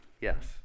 Yes